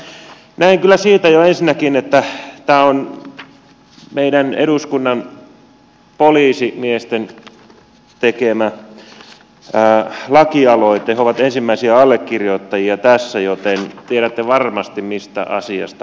mutta näen kyllä siitä jo ensinnäkin että tämä on meidän eduskunnan poliisimiesten tekemä lakialoite he ovat ensimmäisiä allekirjoittajia tässä joten tiedätte varmasti mistä asiasta puhutte